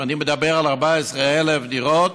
ואני מדבר על 14,000 דירות